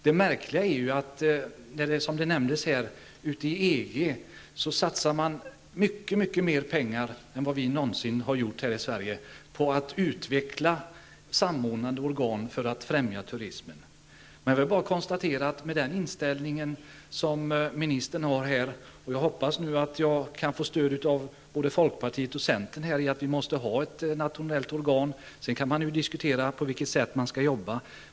Det märkliga är det som nämndes här, nämligen att man i EG-länderna satsar mycket mer pengar än vi i Sverige någonsin har gjort på att utveckla samordnande organ för att främja turismen. Jag vill bara konstatera att med den inställning som ministern har hoppas jag att jag nu kan få stöd av både folkpartiet och centern när det gäller att vi måste ha ett nationellt organ. Sedan kan man ju diskutera på vilket sätt man skall jobba.